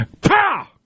Pow